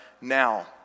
now